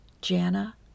Jana